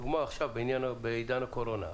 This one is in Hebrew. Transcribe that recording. לדוגמה עכשיו, בעידן הקורונה.